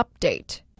update